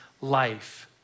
life